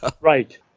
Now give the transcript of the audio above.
Right